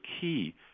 key